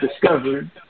discovered